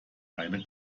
eine